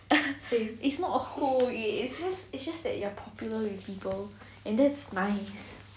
it's not hoe it is it's just that you're popular with people and that's nice